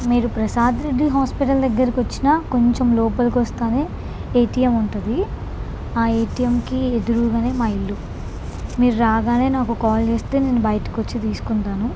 మీరు ప్రసాద్ రెడ్డి హాస్పిటల్ దగ్గరకు వచ్చి కొంచెం లోపలికి వస్తే ఏటీఎం ఉంటుంది ఆ ఏటీఎంకి ఎదురుగా మా ఇల్లు మీరు రాగానే నాకు కాల్ చేస్తే నేను బయటకు వచ్చి తీసుకుంటాను